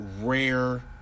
rare